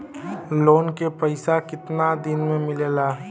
Loan के पैसा कितना दिन मे मिलेला?